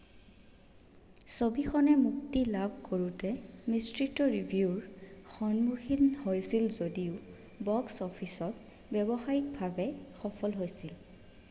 ছবিখনে মুক্তি লাভ কৰোঁঁতে মিশ্ৰিত ৰিভিউৰ সন্মুখীন হৈছিল যদিও বক্স অফিচত ব্যৱসায়িকভাৱে সফল হৈছিল